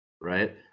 Right